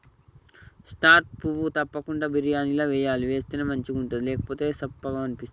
star పువ్వు తప్పకుండ బిర్యానీల వేయాలి వేస్తేనే మంచిగుంటది లేకపోతె సప్పగ అనిపిస్తది